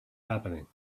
happening